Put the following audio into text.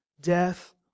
death